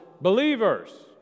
believers